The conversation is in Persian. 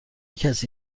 کسی